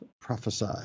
prophesy